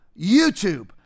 YouTube